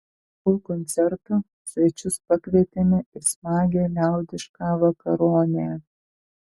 po koncerto svečius pakvietėme į smagią liaudišką vakaronę